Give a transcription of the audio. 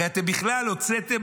הרי אתם בכלל הוצאתם,